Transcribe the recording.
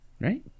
Right